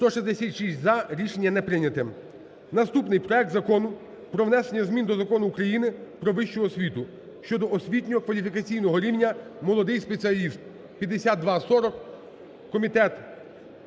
За-166 Рішення не прийняте. Наступний. Проект Закону про внесення змін до Закону України "Про вищу освіту" (щодо освітньо-кваліфікаційного рівня "молодший спеціаліст") (5240). Комітет